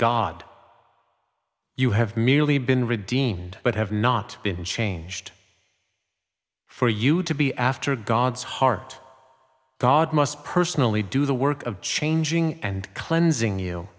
god you have merely been redeemed but have not been changed for you to be after god's heart god must personally do the work of changing and cleansing you